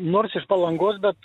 nors iš palangos bet